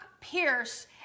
pierce